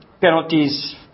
penalties